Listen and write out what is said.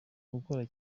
gukora